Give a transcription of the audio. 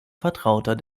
vertrauter